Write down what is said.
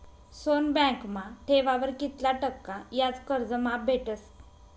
सोनं बँकमा ठेवावर कित्ला टक्का कर्ज माफ भेटस?